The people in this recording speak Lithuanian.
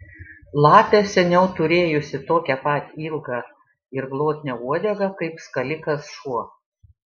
lapė seniau turėjusi tokią pat ilgą ir glotnią uodegą kaip skalikas šuo